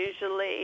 usually